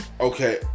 Okay